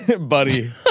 buddy